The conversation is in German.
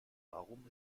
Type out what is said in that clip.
warum